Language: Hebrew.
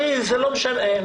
זה לא משנה.